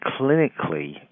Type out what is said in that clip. clinically